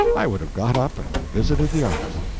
i would have got up and visited the artist.